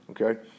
Okay